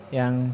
yang